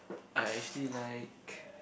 I actually like